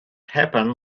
happen